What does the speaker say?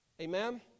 Amen